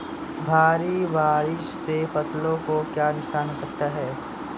भारी बारिश से फसलों को क्या नुकसान हो सकता है?